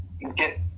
get